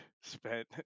spent